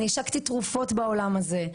אני השקתי תרופות בעולם הזה.